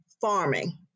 farming